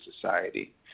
Society